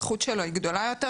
הזכות שלו היא גדולה יותר,